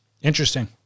Interesting